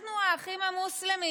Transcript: אנחנו האחים המוסלמים?